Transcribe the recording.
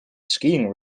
skiing